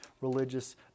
religious